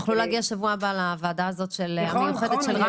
תוכלו להגיע שבוע הבא לוועדה המיוחדת של רם